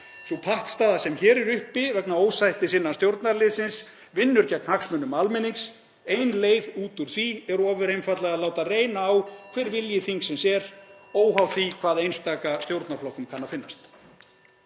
Sú pattstaða sem hér er uppi vegna ósættis innan stjórnarliðsins vinnur gegn hagsmunum almennings. Ein leið út úr því er ofur einfaldlega að láta reyna á (Forseti hringir.) hver vilji þingsins er, óháð því hvað einstaka stjórnarflokkum kann að finnast.